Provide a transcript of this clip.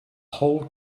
whole